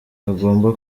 agomba